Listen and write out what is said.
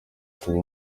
kuba